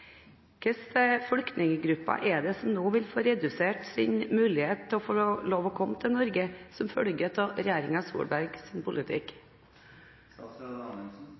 flyktninggrupper er det som nå vil få redusert sin mulighet til å få lov til å komme til Norge, som følge av regjeringen Solbergs politikk?